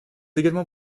également